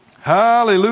Hallelujah